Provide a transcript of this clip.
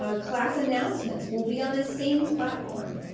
um class announcements will be on this same platform.